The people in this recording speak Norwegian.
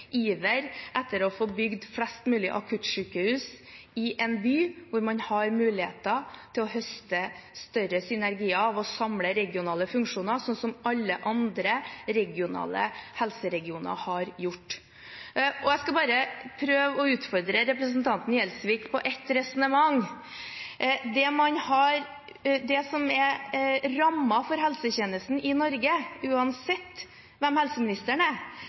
iver etter å få bygget flest mulig akuttsykehus i en by hvor man har muligheter til å høste større synergier av å samle regionale funksjoner, slik alle andre regionale helseregioner har gjort. Jeg skal prøve å utfordre representanten Gjelsvik på ett resonnement. Rammen for helsetjenesten i Norge – uansett hvem helseministeren er